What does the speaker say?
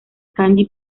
kanji